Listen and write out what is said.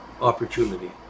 opportunity